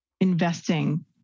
investing